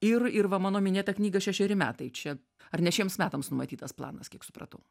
ir ir va mano minėtą knygą šešeri metai čia ar ne šiems metams numatytas planas kiek supratau